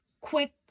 quick